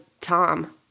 tom